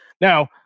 Now